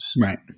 Right